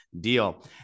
deal